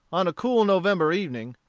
on a cool november evening,